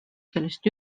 kellest